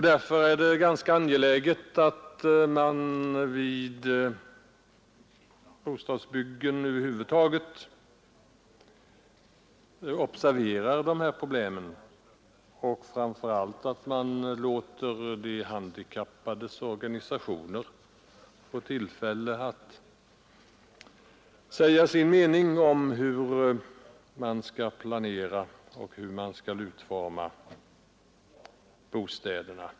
Därför är det angeläget att man observerar dessa problem vid bostadsbyggandet och framför allt att de handikappades organisationer får tillfälle att vid planeringen säga sin mening om hur man skall utforma bostäderna.